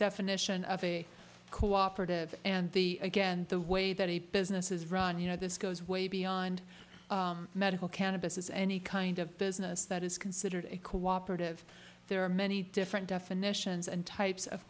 definition of a cooperative and the again the way that business is run you know this goes way beyond medical cannabis is any kind of business that is considered a cooperative there are many different definitions and types of